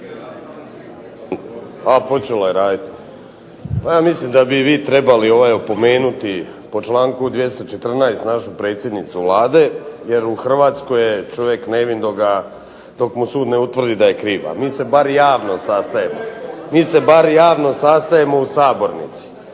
Zoran (SDP)** Pa ja mislim da bi vi trebali opomenuti po članku 214. našu predsjednicu Vlade, jer u Hrvatskoj je čovjek nevin dok mu sud ne utvrdi da je kriv, a mi se bar javno sastajemo u sabornici.